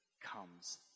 comes